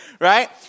right